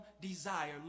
desire